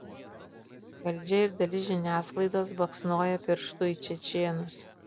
valdžia ir dalis žiniasklaidos baksnoja pirštu į čečėnus